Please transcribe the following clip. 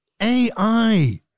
AI